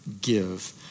give